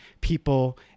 people